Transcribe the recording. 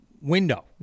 window